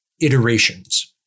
iterations